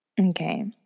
Okay